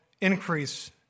increase